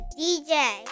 DJ